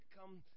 come